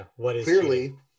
clearly